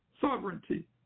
sovereignty